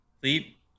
sleep